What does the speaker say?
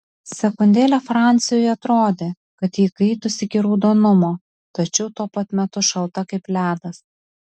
sekundėlę franciui atrodė kad ji įkaitusi iki raudonumo tačiau tuo pat metu šalta kaip ledas